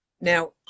Now